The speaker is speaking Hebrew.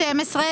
התקבלה.